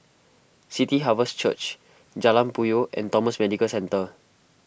City Harvest Church Jalan Puyoh and Thomson Medical Centre